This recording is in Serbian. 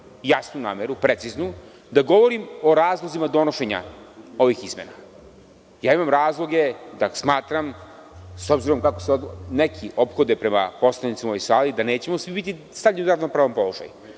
jasnu nameru, preciznu da govorim o razlozima donošenja ovih izmena. Imam razloge da smatram, s obzirom kako se neki ophode prema poslanicima u ovoj sali, da nećemo svi biti stavljeni u ravnopravan položaj.